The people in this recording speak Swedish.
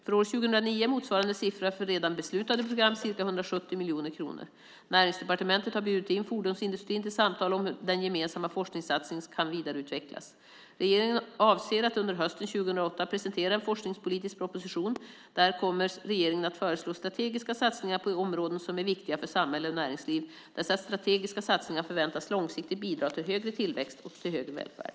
För år 2009 är motsvarande siffra för redan beslutade program ca 170 miljoner kronor. Näringsdepartementet har bjudit in fordonsindustrin till samtal om hur den gemensamma forskningssatsningen kan vidareutvecklas. Regeringen avser att under hösten 2008 presentera en forskningspolitisk proposition. Där kommer regeringen att föreslå strategiska satsningar på områden som är viktiga för samhälle och näringsliv. Dessa strategiska satsningar förväntas långsiktigt bidra till högre tillväxt och välfärd.